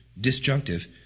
disjunctive